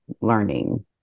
learning